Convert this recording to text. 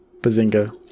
Bazinga